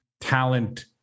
talent